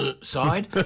side